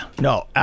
No